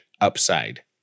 upside